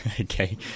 Okay